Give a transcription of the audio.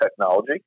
technology